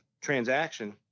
transaction